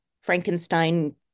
Frankenstein